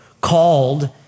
called